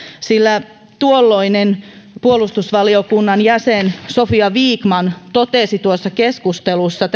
sillä tuolloinen puolustusvaliokunnan jäsen sofia vikman totesi tuossa keskustelussa